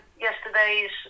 yesterday's